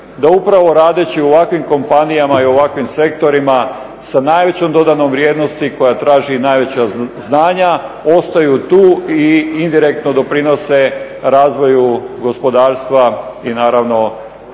da upravo radeći u ovakvim kompanijama i u ovakvim sektorima sa najvećem dodanom vrijednosti koja traži i najveća znanja, ostaju tu i indirektno doprinose razvoju gospodarstva i naravno većem